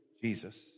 Jesus